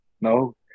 No